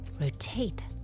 rotate